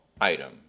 item